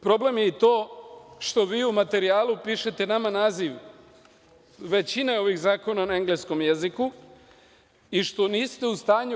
Problem je i to što vi u materijalu pišete nama naziv većine ovih zakona na engleskom jeziku i što niste u stanju…